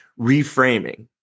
reframing